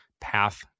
path